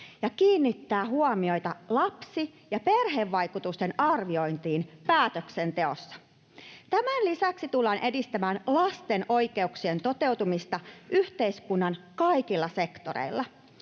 ja kiinnittää huomiota lapsi- ja perhevaikutusten arviointiin päätöksenteossa. Tämän lisäksi tullaan edistämään lasten oikeuksien toteutumista yhteiskunnan kaikilla sektoreilla.